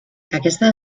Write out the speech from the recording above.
aquesta